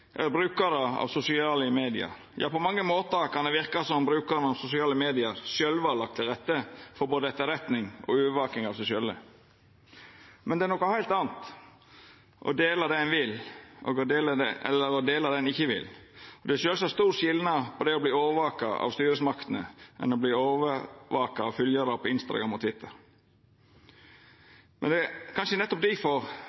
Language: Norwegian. brukarar av sosiale medium. På mange måtar kan det verka som brukarane av sosiale medium sjølve har lagt til rette for både etterretning og overvaking av seg sjølve. Men det er noko heilt anna å dela det ein vil, enn å dela det ein ikkje vil. Det er sjølvsagt stor skilnad på å verta overvaka av styresmaktene og å verta overvaka av følgjarar på Instagram og